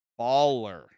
baller